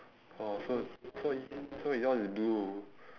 oh so so y~ so yours is blue